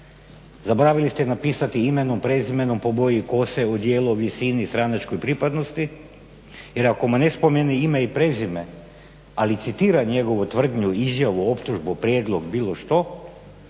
Zaboravili ste napisati imenom, prezimenom, po boji kose, odijelo, visini i stranačkoj pripadnosti jer ako mu ne spomene ime i prezime ali citira njegovu tvrdnju, izjavu, optužbu, prijedlog bilo što